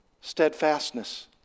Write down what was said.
steadfastness